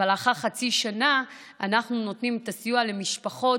אבל לאחר חצי שנה אנחנו נותנים את הסיוע למשפחות